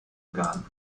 gun